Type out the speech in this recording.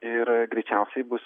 ir greičiausiai bus